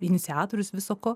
iniciatorius viso ko